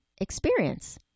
Experience